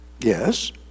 Yes